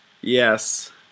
Yes